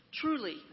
Truly